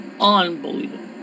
unbelievable